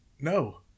no